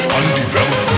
undeveloped